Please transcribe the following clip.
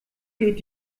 geht